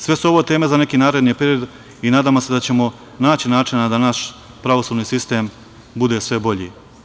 Sve su ovo teme za neki naredni period i nadamo se da ćemo naći načina da naš pravosudni sistem bude sve bolji.